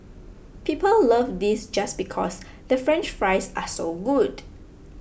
people love this just because the French Fries are so good